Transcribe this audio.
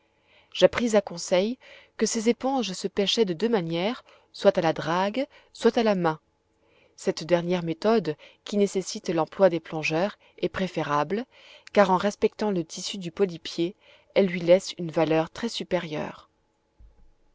j'appris à conseil que ces éponges se pêchaient de deux manières soit à la drague soit à la main cette dernière méthode qui nécessite l'emploi des plongeurs est préférable car en respectant le tissu du polypier elle lui laisse une valeur très supérieure